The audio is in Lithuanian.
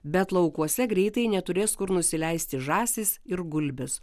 bet laukuose greitai neturės kur nusileisti žąsys ir gulbės